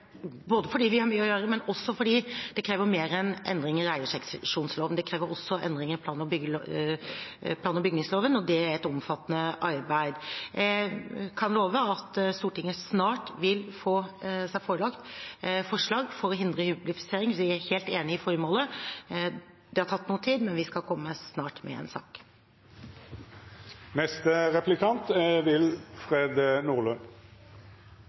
krever mer enn endring i eierseksjonsloven – det krever også endring i plan- og bygningsloven, og det er et omfattende arbeid. Jeg kan love at Stortinget snart vil bli forelagt forslag for å hindre hyblifisering. Vi er helt enig i formålet. Det har tatt noe tid, men vi skal snart komme med en sak. Det har vært en diskusjon om det såkalte eierskiftegebyret som man ønsket å åpne for at man skal kreve inn. Nå er